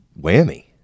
Whammy